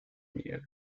miel